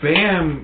Bam